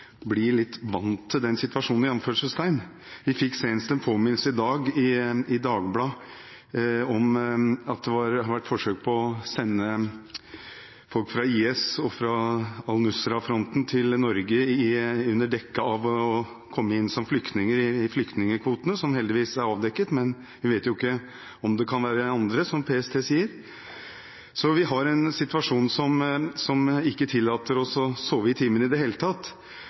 fikk senest en påminnelse i Dagbladet i dag, om at det har vært forsøk på å sende folk fra IS og fra Al-Nusra-fronten til Norge under dekke av å komme inn som flyktninger i flyktningkvotene. Dette er heldigvis avdekket, men vi vet ikke om det kan være andre, som PST sier. Vi har en situasjon som ikke tillater oss å sove i timen i det hele tatt.